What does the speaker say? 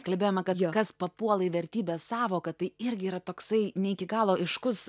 kalbėjome kad kas papuola į vertybės sąvoką tai irgi yra toksai ne iki galo aiškus